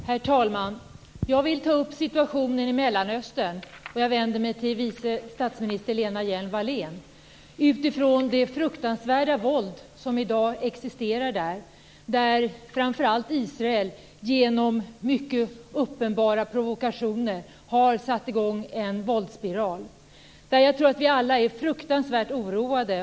Herr talman! Jag vill ta upp situationen i Mellanöstern. Jag vänder mig till vice statsminister Lena Hjelm-Wallén. Det är fruktansvärt våld som existerar där i dag. Israel har genom mycket uppenbara provokationer satt i gång en våldsspiral. Jag tror att vi alla är fruktansvärt oroade.